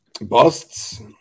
Busts